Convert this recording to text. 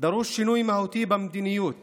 דרוש שינוי מהותי במדיניות